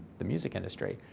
the music industry,